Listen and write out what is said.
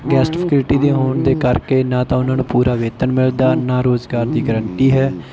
guest faculty ਦੇ ਹੋਣ ਦੇ ਕਰਕੇ ਨਾ ਤਾਂ ਉਹਨਾਂ ਨੂੰ ਪੂਰਾ ਵੇਤਨ ਮਿਲਦਾ ਨਾ ਰੁਜ਼ਗਾਰ ਦੀ ਗਰੰਟੀ ਹੈ